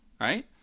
right